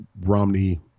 Romney